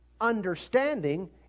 understanding